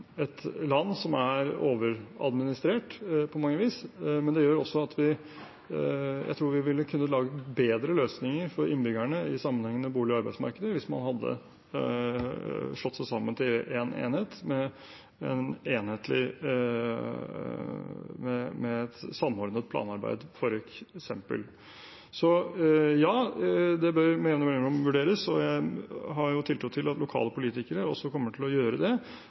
vis, men jeg tror vi kunne lagd bedre løsninger for innbyggerne i sammenhengende bolig- og arbeidsmarkeder hvis man f.eks. hadde hatt slått seg sammen til én enhet med et samordnet planarbeid. Så ja, det bør vurderes med jevne mellomrom, og jeg har tiltro til at lokale politikere kommer til å gjøre det.